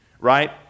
right